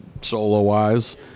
solo-wise